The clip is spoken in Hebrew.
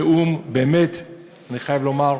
הנאום, באמת, אני חייב לומר,